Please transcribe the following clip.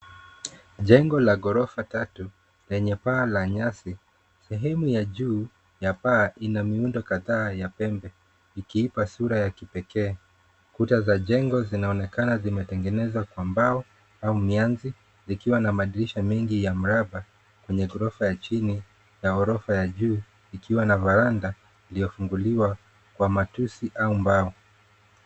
Jengo la ghorofa tatu lenye paa la nyasi sehemu ya juu ya paa ina miundo kadhaa ya pembe ikiipa sura ya kipekee. Kuta za jengo zinaonekana zimetengenezwa kwa mbao au mianzi zikiwa na madirisha mengi ya mraba kwenye ghorofa ya chini na ghorofa ya juu ikiwa na varanda iliyofunguliwa kwa matusi au mbao.